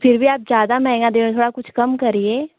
फिर भी आप ज़्यादा महंगा दे रहे हैं थोड़ा कुछ कम करिए